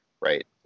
right